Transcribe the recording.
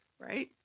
Right